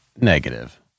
Negative